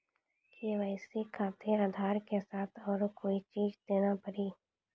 KYC खातिर आधार के साथ औरों कोई चीज देना पड़ी?